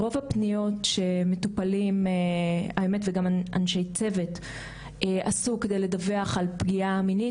רוב הפניות שמטופלים וגם אנשי צוות עשו כדי לדווח על פגיעה מינית